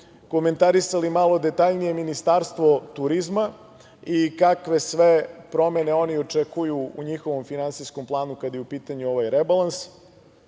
komentarisali malo detaljnije Ministarstvo turizma i kakve sve promene oni očekuju u njihovom finansijskom planu, kada je u pitanju ovaj rebalans.